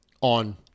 on